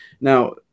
now